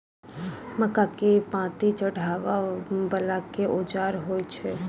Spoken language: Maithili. मक्का केँ पांति चढ़ाबा वला केँ औजार होइ छैय?